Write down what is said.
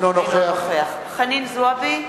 אינו נוכח חנין זועבי,